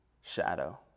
shadow